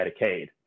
Medicaid